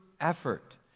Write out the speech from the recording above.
effort